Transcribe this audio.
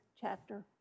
chapter